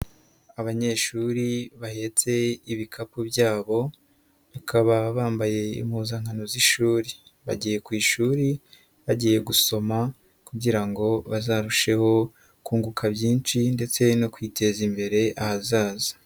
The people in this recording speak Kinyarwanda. Abanyeshuri bahetse ibikapu byabo, bakaba bambaye impuzankano z'ishuri, bagiye ku ishuri bagiye gusoma kugira ngo bazarusheho kunguka byinshi ndetse no kwiteza imbere ahazaza.